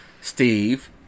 Steve